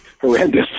horrendous